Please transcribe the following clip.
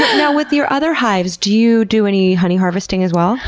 now with your other hives, do you do any honey harvesting as well?